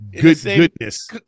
goodness